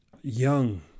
young